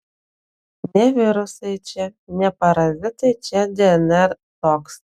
ne virusai čia ne parazitai čia dnr toks